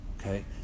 okay